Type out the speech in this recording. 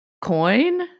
coin